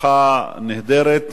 במשפחה נהדרת,